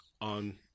on